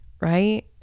right